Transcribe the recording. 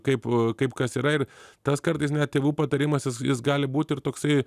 kaip kaip kas yra ir tas kartais net tėvų patarimas jis jis gali būt ir toksai